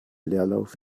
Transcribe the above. leerlauf